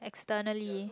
externally